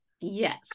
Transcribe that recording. Yes